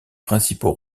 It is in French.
principaux